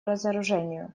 разоружению